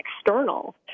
external